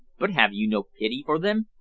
but have you no pity for them?